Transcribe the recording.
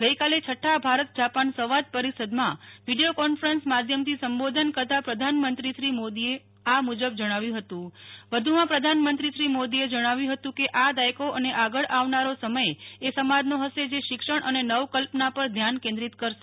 ગઈકાલે છઠ્ઠા ભારત જાપાન સંવાદ પરિષદમાં વિડિયો કોન્ફરન્સના માધ્યમથી સંબોધન કરતાં પ્રધાનમંત્રીશ્રી મોદીએ મુજ્ય જણાવ્યુ હતું વધુ માં પ્રધાનમંત્રીશ્રી મોદીએ જણાવ્યુ હતુંકે આ દાયકો અને આગળ આવનારો સમય એ સમાજનો હશે જે શિક્ષણ અને નવકલ્પના પર ધ્યાન કેન્દ્રીત કરશે